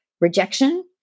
rejection